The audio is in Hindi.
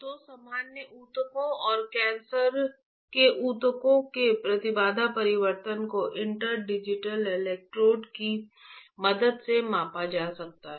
तो सामान्य ऊतकों और कैंसर के ऊतकों के प्रतिबाधा परिवर्तन को इंटरडिजिटल इलेक्ट्रोड की मदद से मापा जा सकता है